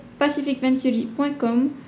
pacificventuri.com